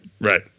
Right